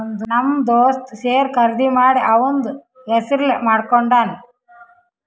ನಮ್ ದೋಸ್ತ ಶೇರ್ ಖರ್ದಿ ಮಾಡಿ ಅವಂದ್ ಹೆಸುರ್ಲೇ ಮಾಡ್ಕೊಂಡುನ್